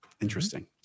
Interesting